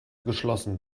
geschlossen